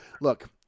Look